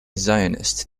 zionist